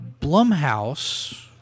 Blumhouse